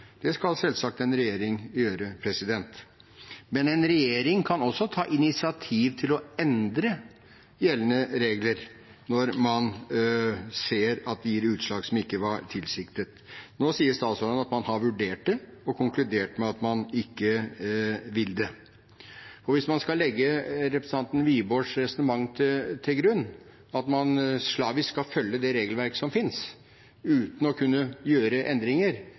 det skal en regjering selvsagt gjøre. Men en regjering kan også ta initiativ til å endre gjeldende regler når man ser at de gir utslag som ikke var tilsiktet. Nå sier statsråden at man har vurdert det – og konkludert med at man ikke vil det. Hvis man skal legge representanten Wiborgs resonnement til grunn, at man slavisk skal følge det regelverket som finnes, uten å kunne gjøre endringer,